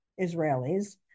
Israelis